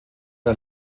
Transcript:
der